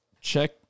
Check